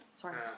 sorry